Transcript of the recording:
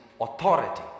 authority